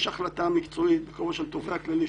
יש החלטה מקצועית בכובע של התובע הכללי,